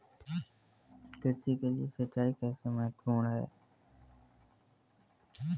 कृषि के लिए सिंचाई कैसे महत्वपूर्ण है?